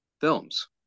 films